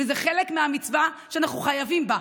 וזה חלק מהמצווה שאנחנו חייבים בה.